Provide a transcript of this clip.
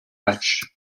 matches